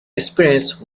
experienced